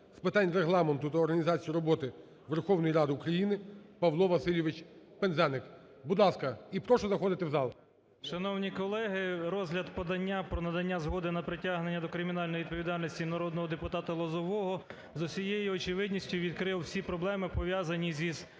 з питань Регламенту та організації роботи Верховної Ради України Павло Васильович Пинзеник. Будь ласка. І прошу заходити в зал. 18:59:27 ПИНЗЕНИК П.В. Шановні колеги, розгляд подання про надання згоди на притягнення до кримінальної відповідальності народного депутата Лозового з усією очевидністю відкрив всі проблеми пов'язані з